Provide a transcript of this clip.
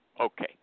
Okay